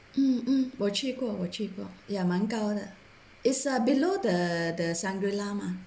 mm mm 我去过我去过 ya 蛮高的 is err below the the shangri-la mah